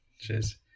Cheers